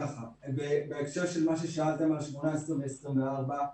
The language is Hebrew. בהקשר למה ששאלתם על 18 ו-24,